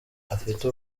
afite